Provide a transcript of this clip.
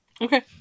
Okay